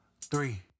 three